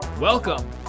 Welcome